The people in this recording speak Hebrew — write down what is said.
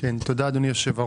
תודה אדוני היושב ראש.